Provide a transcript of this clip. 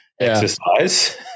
Exercise